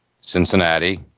Cincinnati